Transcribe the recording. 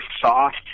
soft